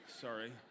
Sorry